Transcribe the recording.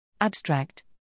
Abstract